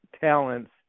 talents